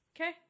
Okay